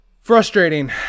frustrating